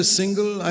single